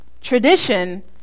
Tradition